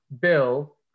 bill